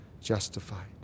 justified